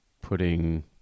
putting